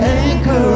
anchor